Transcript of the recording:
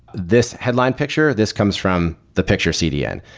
this headline picture, this comes from the picture cdn.